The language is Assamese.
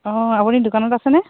অঁ আপুনি দোকানত আছেনে